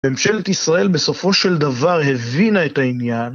ממשלת ישראל בסופו של דבר הבינה את העניין.